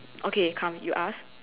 okay come you ask